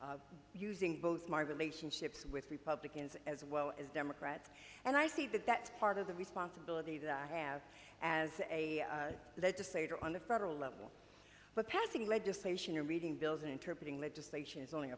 using both marvel nation ships with republicans as well as democrats and i see that that part of the responsibility that i have as a legislator on the federal level but passing legislation or reading bills interpretive legislation is only